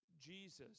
Jesus